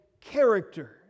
character